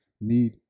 need